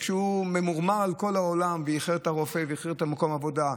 כשהוא ממורמר על כל העולם ומאחר לרופא או למקום העבודה,